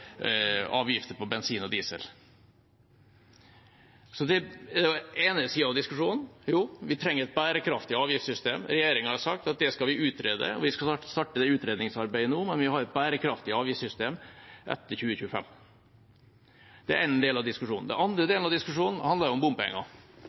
avgifter på bensin og diesel. Så den ene sida av diskusjonen er at vi trenger et bærekraftig avgiftssystem. Regjeringa har sagt at det skal vi utrede, og vi skal starte det utredningsarbeidet for et bærekraftig avgiftssystem etter 2025 nå. Det er en del av diskusjonen. Den andre